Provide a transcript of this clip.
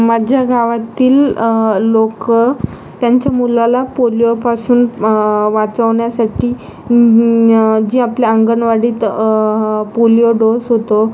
माझ्या गावातील लोकं त्यांच्या मुलाला पोलिओपासून वाचवण्यासाठी य जे आपल्या अंगठवाडीत हं पोलिओ डोस होतो